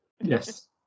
yes